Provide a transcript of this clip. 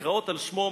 נקראות על שמו,